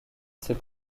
ses